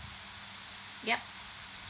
yup